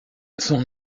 son